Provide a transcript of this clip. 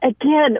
again